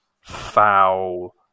foul